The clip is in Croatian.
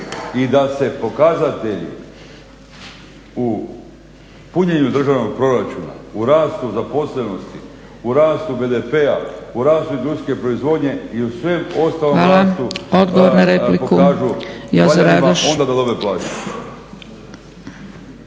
I da se pokazatelji u punjenju državnog proračuna, u rastu zaposlenosti, u rastu BDP-a, u rastu industrijske proizvodnje i u svemu ostalom pokažu valjanima onda da dobiju plaću.